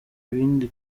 ibindi